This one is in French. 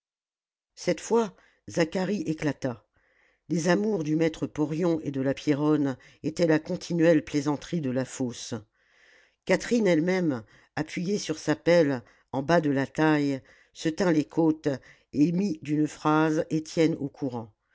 cette fois zacharie éclata les amours du maître porion et de la pierronne étaient la continuelle plaisanterie de la fosse catherine elle-même appuyée sur sa pelle en bas de la taille se tint les côtes et mit d'une phrase étienne au courant